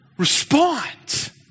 respond